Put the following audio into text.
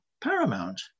paramount